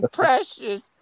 precious